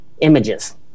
images